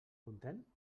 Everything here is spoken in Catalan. content